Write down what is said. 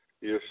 Yes